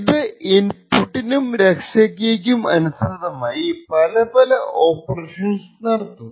ഇത് ഇൻപുട്ടിനും രഹസ്യ കീക്കും അനുസൃതമായി പല പല ഓപ്പറേഷൻസ് നടത്തും